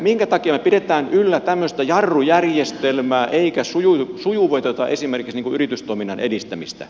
minkä takia me pidämme yllä tämmöistä jarrujärjestelmää emmekä sujuvoita esimerkiksi yritystoiminnan edistämistä